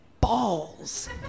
balls